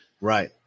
Right